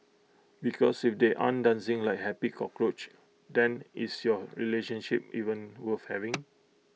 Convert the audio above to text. because if they aren't dancing like happy cockroach then is your relationship even worth having